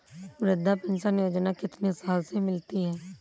वृद्धा पेंशन योजना कितनी साल से मिलती है?